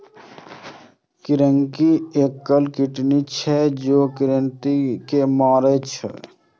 कृंतकनाशक एकटा कीटनाशक छियै, जे कृंतक के मारै छै